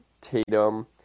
Tatum